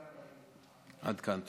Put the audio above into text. עד כאן.